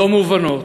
לא מובנות,